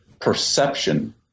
perception